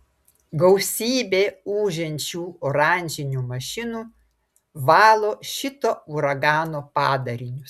gausybė ūžiančių oranžinių mašinų valo šito uragano padarinius